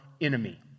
enemy